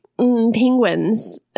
penguins